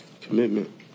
Commitment